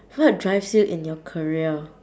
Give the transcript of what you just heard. what drives you in your career